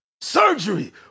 Surgery